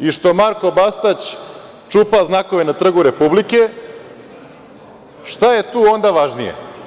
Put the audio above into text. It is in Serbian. i što Marko Bastać čupa znakove na Trgu Republike, šta je tu onda važnije?